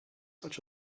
such